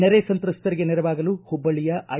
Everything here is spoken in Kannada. ನೆರೆ ಸಂತ್ರಸ್ತರಿಗೆ ನೆರವಾಗಲು ಹುಬ್ಬಳ್ಳಿಯ ಐ